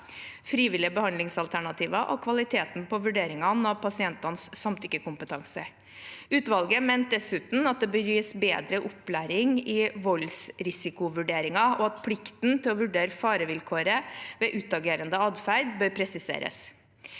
frivillige behandlingsalternativer og kvaliteten på vurderingene av pasientenes samtykkekompetanse. Utvalget mente dessuten at det bør gis bedre opplæring i voldsrisikovurderinger, og at plikten til å vurdere farevilkåret ved utagerende atferd bør presiseres.